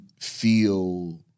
feel